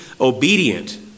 obedient